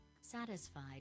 satisfied